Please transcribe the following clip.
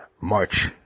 March